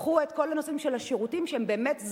קחו את כל הנושא של השירותים שהם זמניים,